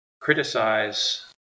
criticize